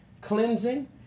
cleansing